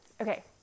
Okay